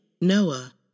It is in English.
Noah